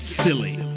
silly